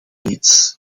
reeds